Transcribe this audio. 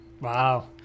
Wow